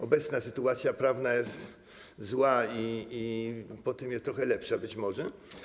Obecna sytuacja prawna jest zła i po tym jest trochę lepsza być może.